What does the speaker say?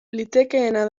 litekeena